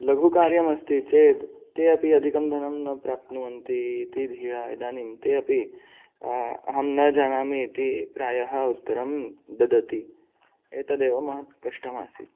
लघुकार्यमस्ति चेद् ते अपि अधिकं धनं न प्राप्नुवन्ति इति धिया इदानीं तेऽपि अहं न जानामि इति प्रायः उत्तरं ददति एतदेव महत् कष्टम् आसीत्